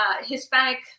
Hispanic